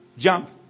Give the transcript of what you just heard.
Jump